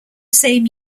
same